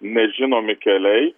nežinomi keliai